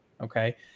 Okay